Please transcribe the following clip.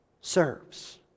serves